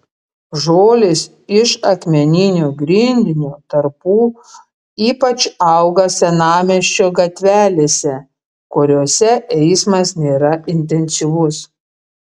žolės iš akmeninio grindinio tarpų ypač auga senamiesčio gatvelėse kuriose eismas nėra intensyvus